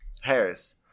harris